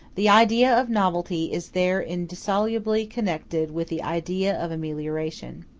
the idea of novelty is there indissolubly connected with the idea of amelioration.